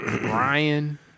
Brian